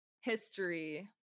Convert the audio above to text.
history